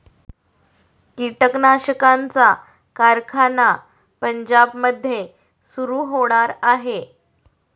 कीटकनाशकांचा कारखाना पंजाबमध्ये सुरू होणार आहे